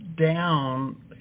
down